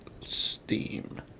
Steam